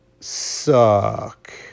suck